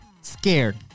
scared